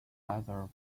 either